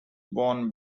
born